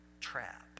trap